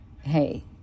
hey